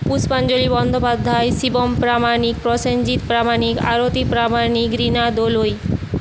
Puspanjali Bandyopadhyay Shivam Pramanik Prosenjit Pramanik Arati Pramanik Rina Dolui